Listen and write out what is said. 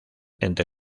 entre